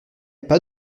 pas